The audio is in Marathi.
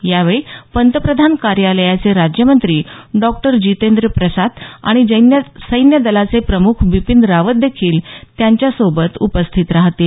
यावेळी पंतप्रधान कार्यालयाचे राज्यमंत्री डॉ जितेंद्र प्रसाद आणि सैन्य दलाचे प्रमुख बिपीन रावत देखील त्यांच्यासोबत उपस्थीत राहतील